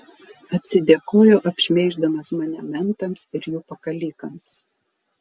atsidėkojo apšmeiždamas mane mentams ir jų pakalikams